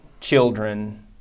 children